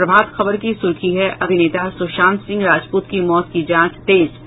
प्रभात खबर की सुर्खी है अभिनेता सुशांत सिंह राजपूत की मौत की जांच तेज